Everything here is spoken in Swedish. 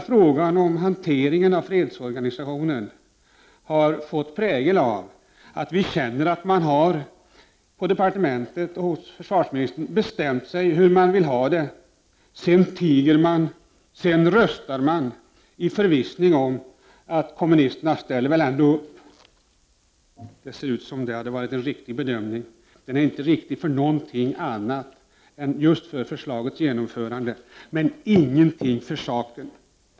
Frågan om hanteringen av fredsorganisationen har fått en sådan prägel att vi känner att man på departementet och från försvarsministerns sida har bestämt sig för hur man vill ha det, sedan tiger man och röstar i förvissning om att kommunisterna ändå ställer upp. Det ser ut som om det var en riktig bedömning. Den är riktig så till vida att förslaget troligen kan genomföras, men den är inte riktig i sak.